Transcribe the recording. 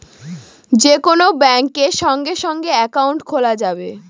যে কোন ব্যাঙ্কে সঙ্গে সঙ্গে একাউন্ট খোলা যাবে